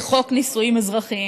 זה חוק נישואים אזרחיים.